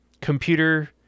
computer